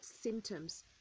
symptoms